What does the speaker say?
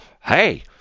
Hey